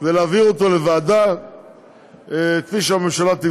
ולהעביר אותו לוועדה כפי שהממשלה,